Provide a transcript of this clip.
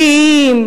בריאים